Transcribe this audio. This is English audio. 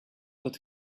that